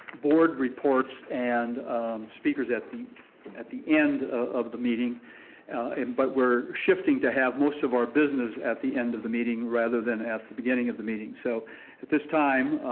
board reports and speakers at the at the end of the meeting and but we're shifting to have most of our business at the end of the meeting rather than at the beginning of the meeting. so at this time,